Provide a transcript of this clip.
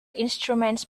instruments